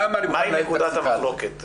למה, אני --- מהי נקודת המחלוקת?